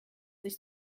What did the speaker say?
sich